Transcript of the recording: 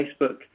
Facebook